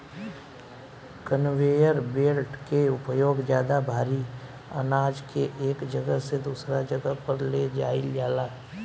conveyor belt के उपयोग ज्यादा भारी आनाज के एक जगह से दूसरा जगह पर ले जाईल जाला